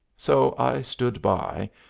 so i stood by,